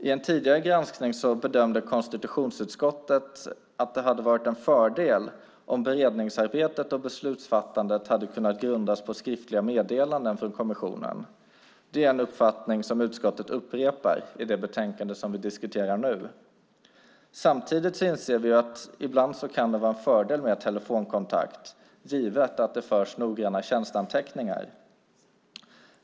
I en tidigare granskning bedömde konstitutionsutskottet att det hade varit en fördel om beredningsarbetet och beslutsfattandet hade kunnat grundas på skriftliga meddelanden från kommissionen. Det är en uppfattning som utskottet upprepar i det betänkande som vi diskuterar nu. Samtidigt inser vi att det ibland kan vara en fördel med en telefonkontakt, givet att det förs noggranna tjänsteanteckningar.